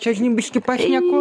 čia žinai biški pašneku